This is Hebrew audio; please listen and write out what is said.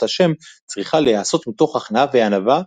ה' צריכה להיעשות מתוך הכנעה וענווה,